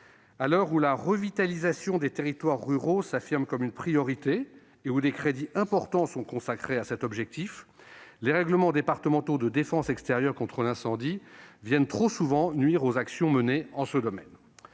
À l'heure où la revitalisation des territoires ruraux s'impose comme une priorité et où des crédits importants sont consacrés à cet objectif, les règlements départementaux de défense extérieure contre l'incendie (RDDECI) viennent trop souvent nuire aux actions menées en ce domaine.